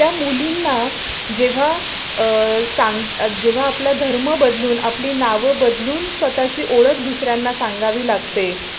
त्या मुलींना जेव्हा सांगता् जेव्हा आपला धर्म बदलून आपली नावं बदलून स्वतःची ओळख दुसऱ्यांना सांगावी लागते